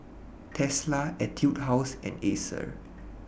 Tesla Etude House and Acer